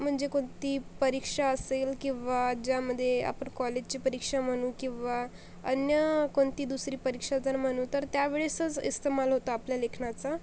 म्हणजे कोणती परीक्षा असेल किंवा ज्यामध्ये आपण कॉलेजची परीक्षा म्हणू किंवा अन्य कोणती दुसरी परीक्षा जर म्हणू तर त्यावेळेसच इस्तमाल होतो आपल्या लेखनाचा